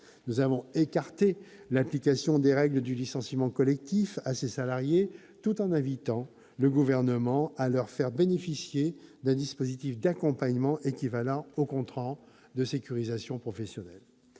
Nous avons écarté l'application des règles du licenciement collectif à ces salariés, tout en invitant le Gouvernement à les faire bénéficier d'un dispositif d'accompagnement équivalant au contrat de sécurisation professionnelle.